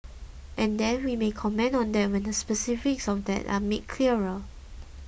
and then we may comment on that when the specifics of that are made clearer